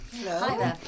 Hello